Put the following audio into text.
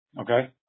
Okay